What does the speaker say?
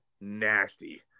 nasty